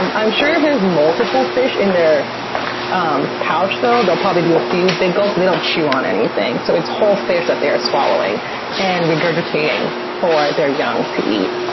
i'm i'm sure if there's multiple fish in their um pouch, though, they'll probably do a few big gulps. they don't chew on anything. so it's whole fish that they're swallowing and regurgitating for their young to eat.